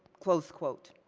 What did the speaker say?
close quote.